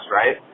right